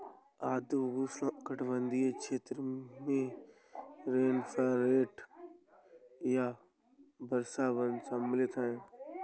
आर्द्र उष्णकटिबंधीय क्षेत्र में रेनफॉरेस्ट या वर्षावन शामिल हैं